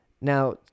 Now